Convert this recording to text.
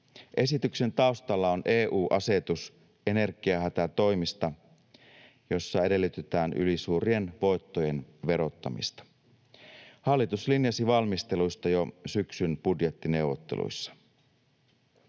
Esityksen taustalla on EU-asetus energiahätätoimista, joissa edellytetään ylisuurien voittojen verottamista. Hallitus linjasi valmistelusta jo syksyn budjettineuvotteluissa.